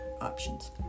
options